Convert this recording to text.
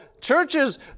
churches